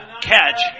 catch